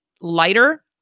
lighter